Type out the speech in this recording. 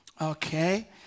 okay